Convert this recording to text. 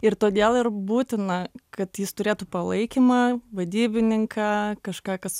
ir todėl ir būtina kad jis turėtų palaikymą vadybininką kažką kas